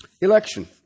Election